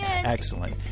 Excellent